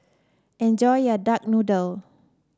enjoy your Duck Noodle